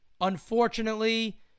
unfortunately